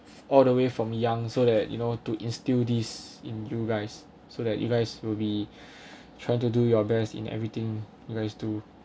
all the way from young so that you know to instill this in you guys so that you guys will be trying to do your best in everything nice too